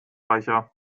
reicher